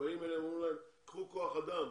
כשבאים אליהם ואומרים להם קחו כוח אדם